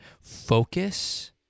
focus